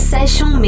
Session